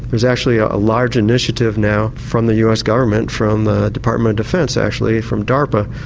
there's actually ah a large initiative now from the us government from the department of defence, actually from darpa,